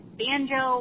banjo